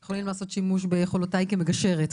אתם יכולים לעשות שימוש ביכולותיי כמגשרת,